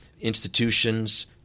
institutions